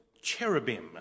cherubim